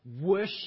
worship